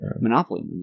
Monopoly